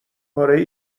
پاره